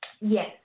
yes